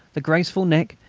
the graceful neck,